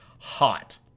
hot